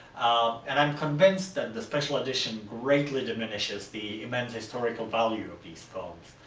um and i'm convinced that the special edition greatly diminishes the immense historical value of these films.